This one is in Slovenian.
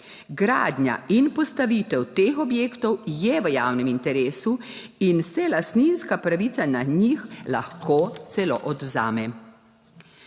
Gradnja in postavitev teh objektov je v javnem interesu in se lastninska pravica na njih lahko celo odvzame.